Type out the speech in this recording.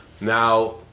now